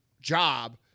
job